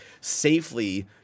safely